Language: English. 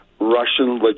Russian